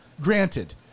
Granted